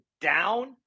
down